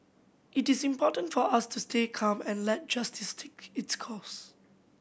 it is important for us to stay calm and let justice take its course